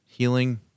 healing